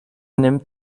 nimmt